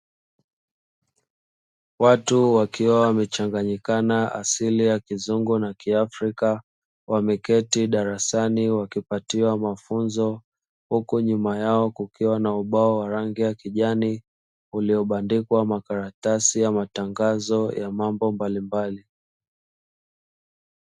Watu wakiwa wamechanganyikana asili ya kizungu na kiafrika, wameketi darasani wakipatiwa mafunzo, huku nyuma yao kukiwa na ubao wa rangi ya kijani uliobandikwa makaratasi ya matangazo ya mambo mbalimbali.